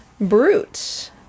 brute